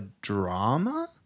drama